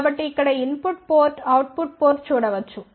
కాబట్టి ఇక్కడ input port output port చూడవచ్చు